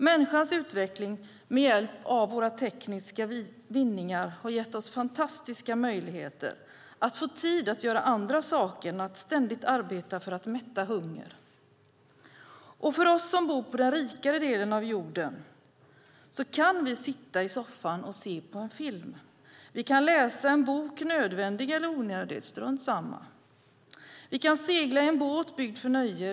Människans utveckling med hjälp av våra tekniska landvinningar har gett oss fantastiska möjligheter att få tid att göra andra saker än att ständigt arbeta för att stilla hunger. Vi som bor på den rikare delen av jorden kan sitta i soffan och se på en film. Vi kan läsa en bok, nödvändig eller onödig, strunt samma! Vi kan segla i en båt byggd för nöje.